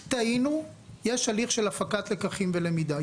טעינו, יש הליך של הפקת לקחים ולמידה.